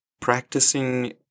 Practicing